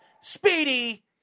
speedy